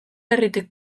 herritik